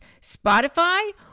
Spotify